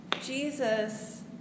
Jesus